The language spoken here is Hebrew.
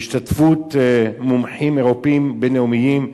בהשתתפות מומחים אירופים, בין-לאומיים,